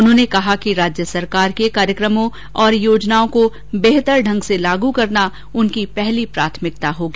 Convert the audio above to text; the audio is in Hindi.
उन्होंने कहा कि राज्य सरकार के कार्यक्रमों और योजनाओं को बेहतर ढंग से लागू करना उनकी पहली प्राथमिकता होगी